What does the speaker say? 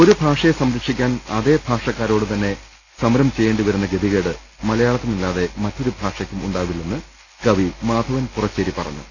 ഒരു ഭാഷയെ സംരക്ഷിക്കാൻ അതേ ഭാഷക്കാരോട് തന്നെ സമരം ചെയ്യേണ്ടിവരുന്ന ഗതികേട് മലയാള ഭാഷയ്ക്കല്ലാതെ മറ്റൊരു ഭാഷയ്ക്കും ഉണ്ടാവില്ലെന്ന് കവി മാധവൻ പുറച്ചേരി പറഞ്ഞു